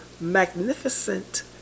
magnificent